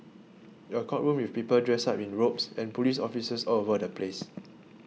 a courtroom with people dressed up in robes and police officers all over the place